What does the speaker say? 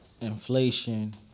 inflation